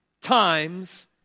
times